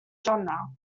genre